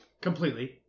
Completely